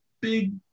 big